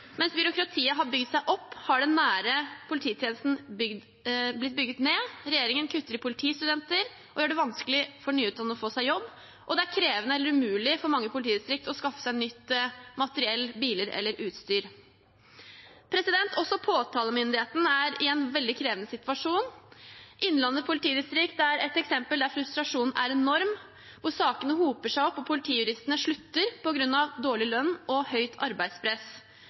Mens byråkratiet har bygd seg opp, har den nære polititjenesten blitt bygd ned. Regjeringen kutter i antall politistudenter, gjør det vanskelig for nyutdannede å få seg jobb, og det er krevende, eller umulig, for mange politidistrikt å skaffe seg nytt materiell, biler eller utstyr. Også påtalemyndigheten er i en veldig krevende situasjon. Innlandet politidistrikt er et eksempel der frustrasjonen er enorm, sakene hoper seg opp, og politijuristene slutter på grunn av dårlig lønn og høyt arbeidspress.